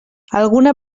alguna